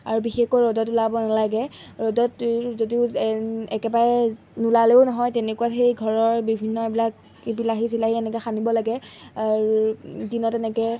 আৰু বিশেষকৈ ৰ'দত ওলাব নালাগে ৰ'দত যদিও একেবাৰে নোলালেও নহয় তেনেকুৱা সেই ঘৰৰ বিভিন্ন এইবিলাক বিলাহী চিলাহী এনেকৈ সানিব লাগে আৰু দিনত এনেকৈ